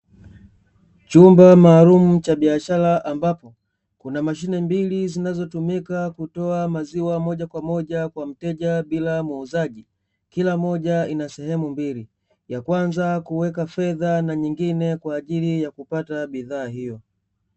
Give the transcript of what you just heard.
Chumba maalumu cha biashara ambapo kuna mashine mbili zinazotumika kutoa maziwa moja kwa moja kwa mteja bila muuzaji. Kila moja ina sehemu mbili, ya kwanza kuweka fedha na nyengine kwa ajili ya kupata bidhaa hiyo.